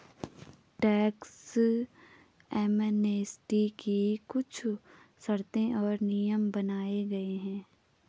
tax amnesty की कुछ शर्तें और नियम बनाये गये हैं